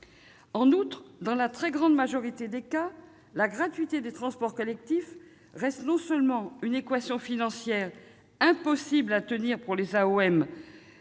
En outre, dans la très grande majorité des cas, la gratuité des transports collectifs reste une équation financière impossible à tenir pour les AOM